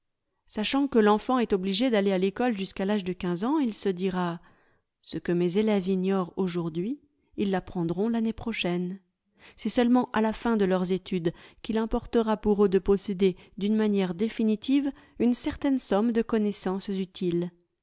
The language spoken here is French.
sachant que l'enfant est obligé d'aller à l'école jusqu'à l'âge de quinze ans il se dira ce que mes élèves ignorent aujourd'hui ils l'apprendront l'année prochaine c'est seulement à la fin de leurs études qu'il importera pour eux de posséder d'une manière définitive une certaine somme de connaissances utiles